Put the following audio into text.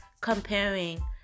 comparing